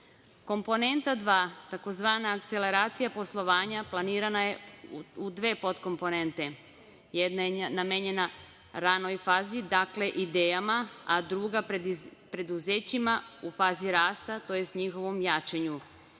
dva, tzv. „akceleracija poslovanja“ planirana je u dve podkomponente. Jedna je namenjena ranoj fazi, dakle idejama, a druga preduzećima u fazi rasta, tj. njihovom jačanju.